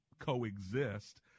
Coexist